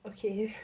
okay